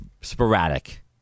sporadic